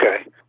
okay